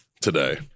today